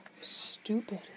Stupid